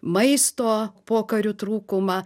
maisto pokariu trūkumą